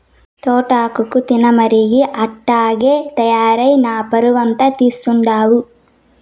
తోటాకు తినమరిగి అట్టాగే తయారై నా పరువంతా తీస్తండావు